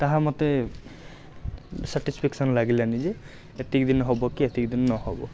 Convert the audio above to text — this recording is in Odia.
ତାହା ମୋତେ ସାଟିସ୍ଫେକ୍ସନ୍ ଲାଗିଲାନି ଯେ ଏତିକି ଦିନ ହେବ କି ଏତିକି ଦିନ ନ ହେବ